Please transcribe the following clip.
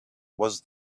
was